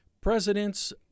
Presidents